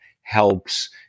helps